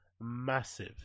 massive